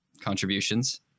contributions